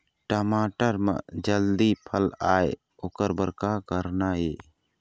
टमाटर म जल्दी फल आय ओकर बर का करना ये?